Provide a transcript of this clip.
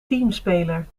teamspeler